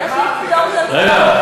רגע,